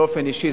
באופן אישי,